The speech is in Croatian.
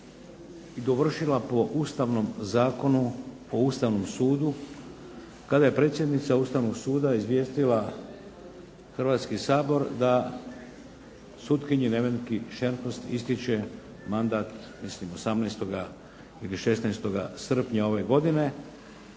i dovršila po Ustavnog zakonu o Ustavnom sudu kada je predsjednica Ustavnog suda izvijestila Hrvatski sabor da sutkinji Nevenki Šernhorst ističe mandat mislim 18. ili 16. srpnja ove godine